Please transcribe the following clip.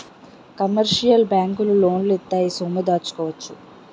commercial బ్యాంకులు లోన్లు ఇత్తాయి సొమ్ము దాచుకోవచ్చు